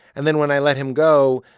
and then when i let him go,